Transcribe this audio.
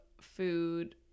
food